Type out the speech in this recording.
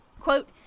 Quote